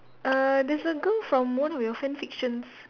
err there's a girl from one of your fan fictions